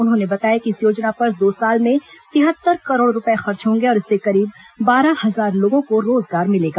उन्होंने बताया कि इस योजना पर दो साल में तिहत्तर करोड़ रूपये खर्च होंगे और इससे करीब बारह हजार लोगों को रोजगार मिलेगा